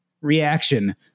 reaction